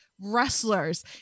wrestlers